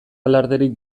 alarderik